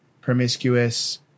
promiscuous